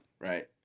right